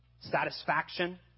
satisfaction